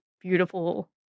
beautiful